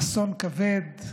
אסון כבד,